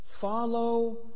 Follow